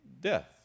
death